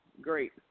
great